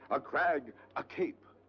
a crag, a cape.